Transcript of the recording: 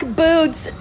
boots